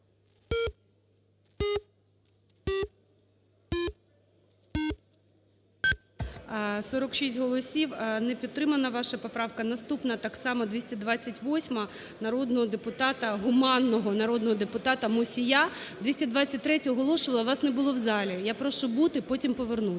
46 голосів, не підтримана ваша поправка. Наступна, так само, 228-а, народного депутата гуманного, народного депутата Мусія. 223-ю, оголошувала вас не було в залі, я прошу бути, потім повернуся.